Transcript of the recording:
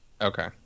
Okay